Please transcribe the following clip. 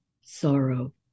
sorrow